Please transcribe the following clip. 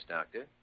Doctor